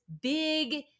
big